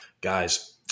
guys